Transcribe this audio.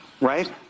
Right